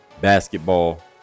basketball